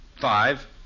Five